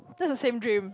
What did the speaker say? that's the same dream